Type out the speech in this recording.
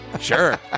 Sure